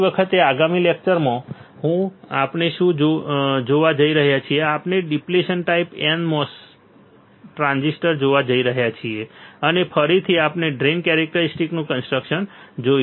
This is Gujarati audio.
આગલી વખતે આગામી લેક્ચરમાં આપણે શું જોવા જઈ રહ્યા છીએ આપણે depletion type n MOS transistor જોવા જઈ રહ્યા છીએ અને ફરીથી આપણે ડ્રેઇન કેરેક્ટરીસ્ટિક્સનું કન્સ્ટ્રકશન જોઈશું